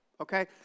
Okay